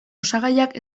osagaiak